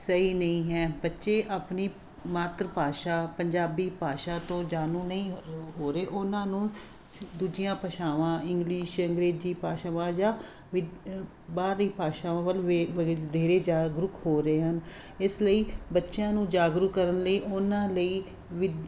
ਸਹੀ ਨਹੀਂ ਹੈ ਬੱਚੇ ਆਪਣੀ ਮਾਤਰ ਭਾਸ਼ਾ ਪੰਜਾਬੀ ਭਾਸ਼ਾ ਤੋਂ ਜਾਣੂ ਨਹੀਂ ਹੋ ਰਹੇ ਉਹਨਾਂ ਨੂੰ ਦੂਜੀਆਂ ਭਾਸ਼ਾਵਾਂ ਇੰਗਲਿਸ਼ ਅੰਗਰੇਜ਼ੀ ਭਾਸ਼ਾਵਾਂ ਜਾਂ ਵਿ ਬਾਹਰੀ ਭਾਸ਼ਾਵਾਂ ਵੱਲ ਵੇ ਵਧੇਰੇ ਜਾਗਰੂਕ ਹੋ ਰਹੇ ਹਨ ਇਸ ਲਈ ਬੱਚਿਆਂ ਨੂੰ ਜਾਗਰੂਕ ਕਰਨ ਲਈ ਉਹਨਾਂ ਲਈ ਵਿ